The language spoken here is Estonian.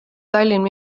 tallinn